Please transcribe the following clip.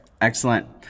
Excellent